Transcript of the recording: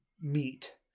meet